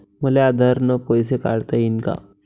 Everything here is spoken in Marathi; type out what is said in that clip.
मले आधार न पैसे काढता येईन का?